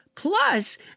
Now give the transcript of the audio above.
Plus